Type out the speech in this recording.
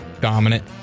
Dominant